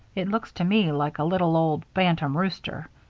it looks to me like a little old bantam rooster.